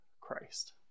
Christ